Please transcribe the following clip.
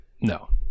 No